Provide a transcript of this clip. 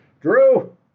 Drew